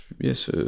yes